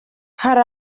hari